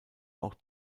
auch